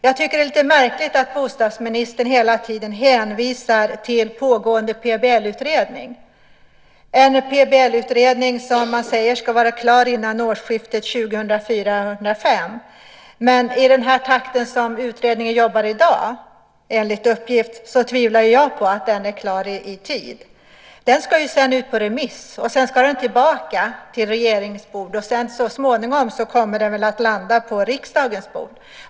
Jag tycker att det är lite märkligt att bostadsministern hela tiden hänvisar till pågående PBL-utredning. Det är en utredning som man säger ska vara klar före årsskiftet 2004-2005. Men i den takt som utredningen jobbar i dag, enligt uppgift, tvivlar jag på att den blir klar i tid. Den ska sedan ut på remiss, därefter ska den tillbaka till regeringens bord och sedan så småningom kommer den väl att landa på riksdagens bord.